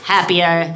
Happier